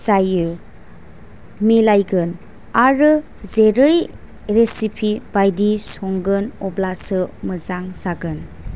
जायो मिलायगोन आरो जेरै रेसिपि बायदि संगोन अब्लासो मोजां जागोन